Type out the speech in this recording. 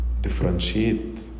differentiate